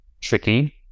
tricky